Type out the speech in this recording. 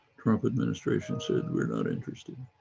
trump administration said we're not interested.